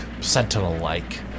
sentinel-like